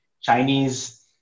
Chinese